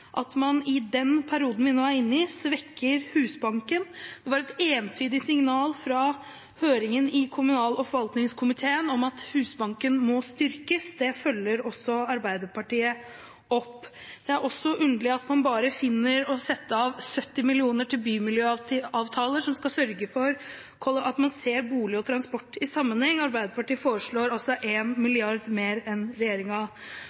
at man i den perioden vi nå er inne i, svekker Husbanken. Det var et entydig signal fra høringen i kommunal- og forvaltningskomiteen om at Husbanken må styrkes. Det følger også Arbeiderpartiet opp. Det er også underlig at man bare finner å sette av 70 mill. kr til bymiljøavtaler, som skal sørge for at man ser bolig og transport i sammenheng. Arbeiderpartiet foreslår 1 mrd. kr mer enn regjeringen. Så er det fint med en